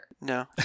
No